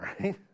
right